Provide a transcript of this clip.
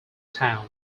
town